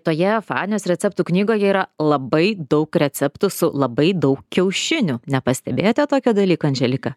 toje fanės receptų knygoje yra labai daug receptų su labai daug kiaušinių nepastebėjote tokio dalyko andželika